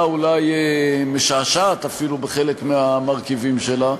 אולי משעשעת אפילו בחלק מהמרכיבים שלה,